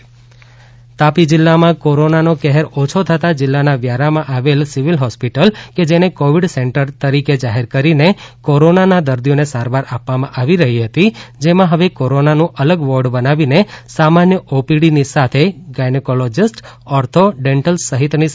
Tapi hospital Tapi જિલ્લામાં corona નો કહેર ઓછો થતા જિલ્લાના વ્યારામાં આવેલ સિવિલ હોસ્પિટલ કે જેને કોવિડ સેન્ટર તરીકે જાહેર કરીને કોરોનાના દર્દીઓને સારવાર આપવામાં આવી રહી હતી જેમાં હવે કોરોનાનું અલગ વોર્ડ બનાવીને સામાન્ય ઓપીડીની સાથે ગાયનેકોલોજિસ્ટ ઓર્થો ડેન્ટલ સહિતની સેવા પણ શરૂ કરાઇ છે